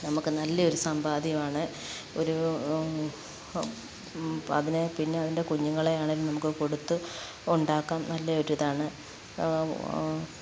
നമുക്ക് നല്ല ഒരു സമ്പാദ്യം ആണ് ഒരു അതിനെ പിന്നെ അതിൻ്റെ കുഞ്ഞുങ്ങളെ ആണെങ്കിലും നമുക്ക് കൊടുത്ത് ഉണ്ടാക്കാം നല്ല ഒരു ഇതാണ്